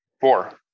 four